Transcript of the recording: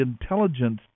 intelligence